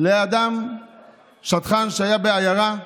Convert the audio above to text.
לאדם שדכן שהיה בעיירה,